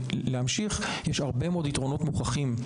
יש הרבה מאוד יתרונות מוכחים למקצוע הזה.